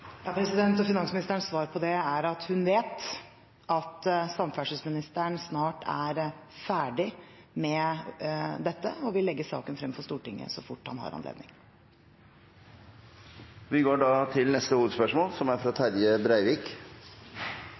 Finansministerens svar på det er at hun vet at samferdselsministeren snart er ferdig med dette, og vil legge saken frem for Stortinget så fort han har anledning. Vi går da til neste hovedspørsmål. Spørsmålet går til finansministeren. «Norsk økonomi er